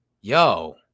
yo